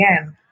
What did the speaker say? again